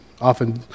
often